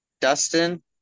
Dustin